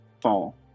fall